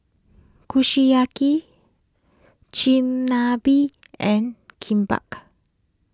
Kushiyaki Chigenabe and